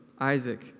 Isaac